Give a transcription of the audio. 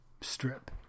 strip